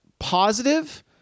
positive